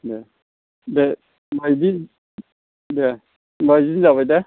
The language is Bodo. दे दे होनबा दे बिदिनो जाबाय दे